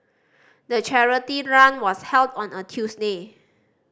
the charity run was held on a Tuesday